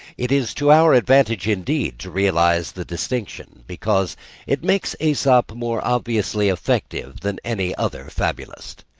it is to our advantage, indeed, to realise the distinction because it makes aesop more obviously effective than any other fabulist.